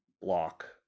block